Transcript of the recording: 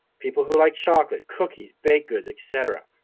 people who like chocolate, cookies, baked goods, et cetera,